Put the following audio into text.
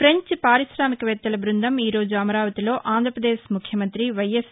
ఫెంచ్ పార్కొశామిక వేత్తల బృందం ఈరోజు అమరావతిలో ఆంఢ్రపదేశ్ ముఖ్యమంతి వైఎస్